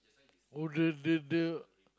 oh the the the